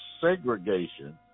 segregation